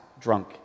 drunk